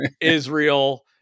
Israel